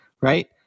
right